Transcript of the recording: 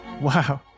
Wow